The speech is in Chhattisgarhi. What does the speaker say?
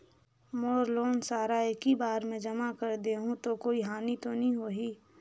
मोर लोन सारा एकी बार मे जमा कर देहु तो कोई हानि तो नी होही?